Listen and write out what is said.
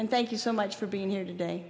and thank you so much for being here today